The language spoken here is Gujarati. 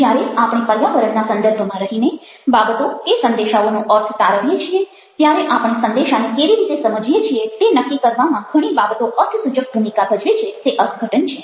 જ્યારે આપણે પર્યાવરણના સંદર્ભમાં રહીને બાબતો કે સંદેશાઓનો અર્થ તારવીએ છીએ ત્યારે આપણે સંદેશાને કેવી રીતે સમજીએ છીએ તે નક્કી કરવામાં ઘણી બાબતો અર્થસૂચક ભૂમિકા ભજવે છે તે અર્થઘટન છે